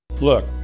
Look